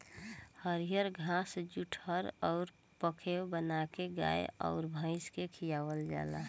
हरिअर घास जुठहर अउर पखेव बाना के गाय अउर भइस के खियावल जाला